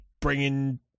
bringing